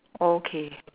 okay